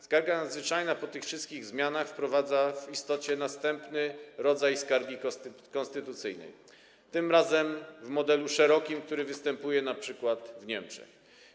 Skarga nadzwyczajna po tych wszystkich zmianach wprowadza w istocie następny rodzaj skargi konstytucyjnej, tym razem w modelu szerokim, który występuje np. w Niemczech.